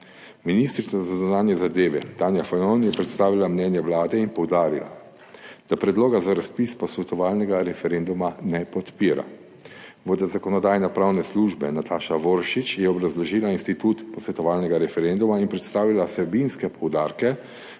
Ministrica za zunanje zadeve Tanja Fajon je predstavila mnenje Vlade in poudarila, da predloga za razpis posvetovalnega referenduma ne podpira. Vodja Zakonodajno-pravne službe Nataša Voršič je obrazložila institut posvetovalnega referenduma in predstavila vsebinske poudarke